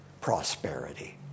prosperity